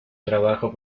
trabajo